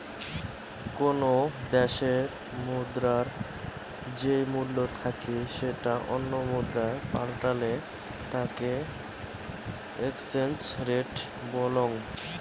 কোনো দ্যাশের মুদ্রার যেই মূল্য থাকি সেটা অন্য মুদ্রায় পাল্টালে তাকে এক্সচেঞ্জ রেট বলং